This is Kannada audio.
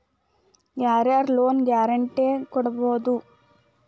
ಯಾರ್ ಯಾರ್ ಲೊನ್ ಗ್ಯಾರಂಟೇ ಕೊಡ್ಬೊದು?